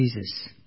Jesus